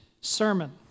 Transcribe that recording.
sermon